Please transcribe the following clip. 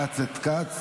כץ את כץ.